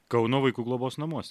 kauno vaikų globos namuos